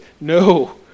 No